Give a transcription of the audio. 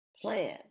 plan